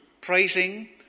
praising